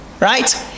right